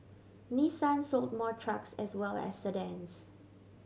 Nissan sold more trucks as well as sedans